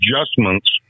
adjustments